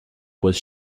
was